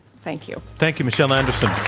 thank you. thank you, michelle um